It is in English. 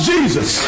Jesus